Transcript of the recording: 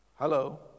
Hello